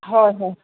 হয় হয়